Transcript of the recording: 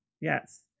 Yes